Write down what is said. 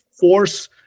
force